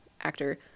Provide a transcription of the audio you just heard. actor